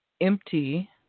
empty